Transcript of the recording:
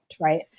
right